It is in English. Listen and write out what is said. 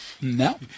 No